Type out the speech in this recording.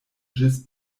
ĝis